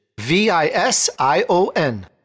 V-I-S-I-O-N